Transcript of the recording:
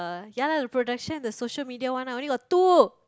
ya lah the production the social media one ah only got two